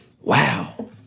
Wow